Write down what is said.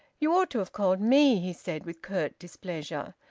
you ought to have called me, he said with curt displeasure,